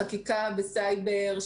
חקיקה וסייבר,